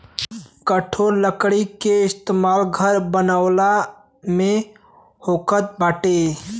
कठोर लकड़ी के इस्तेमाल घर बनावला में होखत बाटे